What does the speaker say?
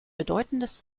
bedeutendes